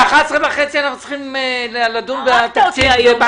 ב-11:30 אנחנו צריכים לדון בתקציב של בנק ישראל.